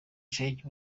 sheikh